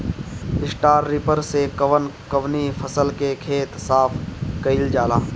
Straw reaper से कवन कवनी फसल के खेत साफ कयील जाला?